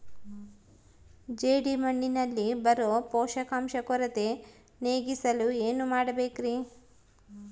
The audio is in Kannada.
ಜೇಡಿಮಣ್ಣಿನಲ್ಲಿ ಬರೋ ಪೋಷಕಾಂಶ ಕೊರತೆ ನೇಗಿಸಲು ಏನು ಮಾಡಬೇಕರಿ?